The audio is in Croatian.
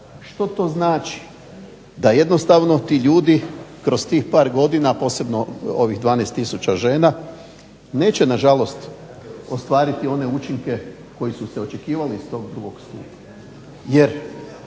Što to znači? Da jednostavno ti ljudi kroz tih par godina, posebno ovih 12 tisuća žena neće nažalost ostvariti one učinke koji su se očekivali iz tog drugog stupa.